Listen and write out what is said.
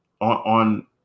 on